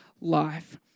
life